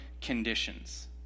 conditions